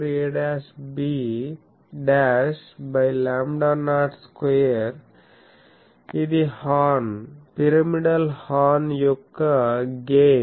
4 ab by lambda naught square ఇది horn pyramidal horn యొక్క gain